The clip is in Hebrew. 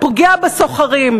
פוגע בסוחרים.